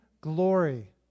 glory